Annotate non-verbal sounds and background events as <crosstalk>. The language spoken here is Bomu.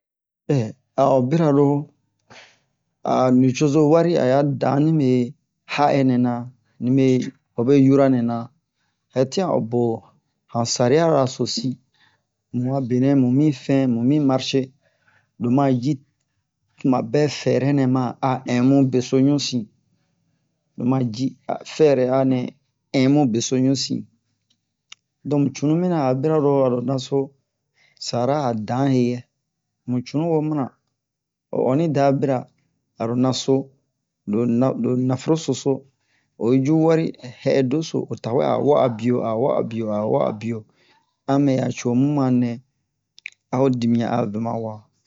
<hesitation> a o bira-ro a nucozo wari a ya dan nibe ha'ɛ nɛna nibe hobe yura nɛna hɛ tin a o bo han sariya-ra si mu a benɛ mu mi fɛn mumi marshe loma ji tumabɛ fɛrɛ nɛ ma a ɛn mu beso ɲunsin lomo ji a fɛrɛ a nɛ ɛn mu beso ɲunsin donk cunu mina donk cunu mina a bira-ro aro naso sara a dan heyɛ mu cunu wo mina o onni da bira aro naso lo na- lo naforoso so oyi cu wari hɛ'ɛ doso o tawɛ a o wa'a biyo a wa'a biyo a mɛ ya co mu ma nɛ a ho dimiyan a vɛ ma wa